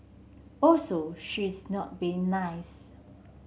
also she is not being nice